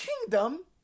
kingdom